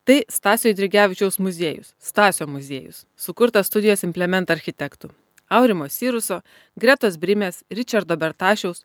tai stasio eidrigevičiaus muziejus stasio muziejus sukurtas studijos implement architektų aurimo siruso gretos brimes ričardo bertašiaus